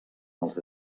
els